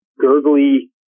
gurgly